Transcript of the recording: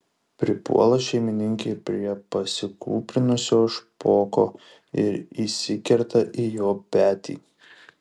pripuola šeimininkė prie pasikūprinusio špoko ir įsikerta į jo petį